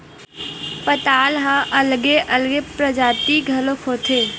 पताल ह अलगे अलगे परजाति घलोक होथे